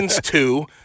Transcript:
two